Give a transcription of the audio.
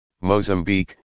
Mozambique